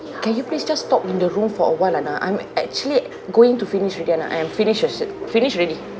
can you please just talk in the room for awhile I'm actually going to finish already I am finish so~ finish already